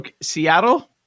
Seattle